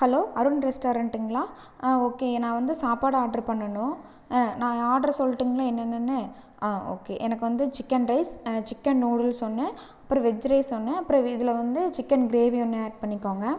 hello Arun ரெஸ்டாரண்ட்டுங்களா ஆ okay நான் வந்து சாப்பாடு ஆர்டர் பண்ணணும் ஆ நான் ஆர்டர் சொல்லட்டுங்களா என்னென்னனு ஆ ஓகே எனக்கு வந்து சிக்கன் ரைஸ் சிக்கன் நூடுல்ஸ் ஒன்று அப்புறம் வெஜ் ரைஸ் ஒன்று அப்புறம் இதில் வந்து சிக்கன் கிரேவி ஒன்று ஆட் பண்ணிக்கோங்க